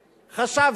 חשבתי,